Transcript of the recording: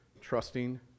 trusting